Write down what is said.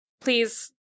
please